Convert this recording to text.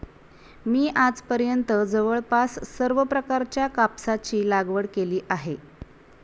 मी आजपर्यंत जवळपास सर्व प्रकारच्या कापसाची लागवड केली आहे